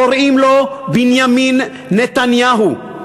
קוראים לו בנימין נתניהו,